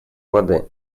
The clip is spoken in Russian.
годы